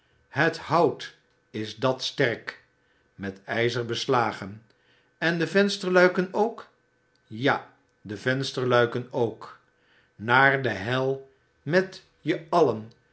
het hout is dat sterk met ijzer beslagen en de vensterluiken ook ja de vensterluiken ook naar de hel met je allen